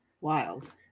Wild